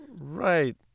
Right